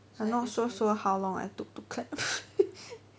I not sure sure how long I took to clap